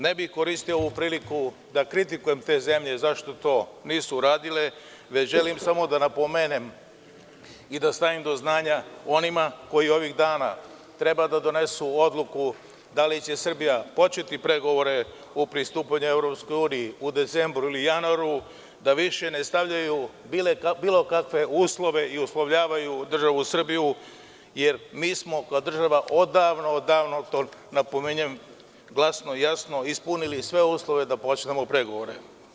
Ne bih koristio ovu priliku da kritikujem te zemlje zašto to nisu uradile, već želim samo da napomenem i da stavim do znanja onima, koji ovih dana treba da donesu odluku da li će Srbija početi pregovore o pristupanju EU u decembru ili januaru, da više ne stavljaju bilo kakve uslove ili da uslovljavaju državu Srbiju, jer mi smo kao država odavno, napominjem, glasno i jasno, ispunili sve uslove da počnemo pregovore.